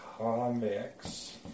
comics